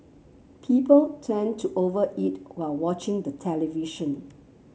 people tend to over eat while watching the television